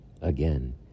Again